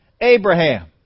Abraham